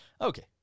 Okay